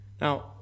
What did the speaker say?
now